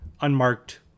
unmarked